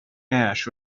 ash